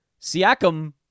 Siakam